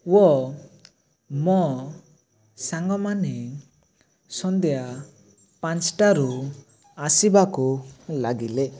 ୱ ମୋ ସାଙ୍ଗମାନେ ସନ୍ଧ୍ୟା ପାଞ୍ଚଟାରୁ ଆସିବାକୁ ଲାଗିଲେ